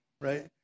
right